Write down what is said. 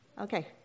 Okay